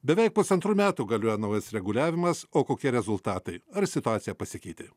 beveik pusantrų metų galioja naujas reguliavimas o kokie rezultatai ar situacija pasikeitė